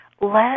let